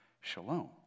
shalom